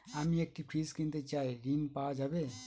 আমি একটি ফ্রিজ কিনতে চাই ঝণ পাওয়া যাবে?